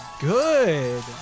good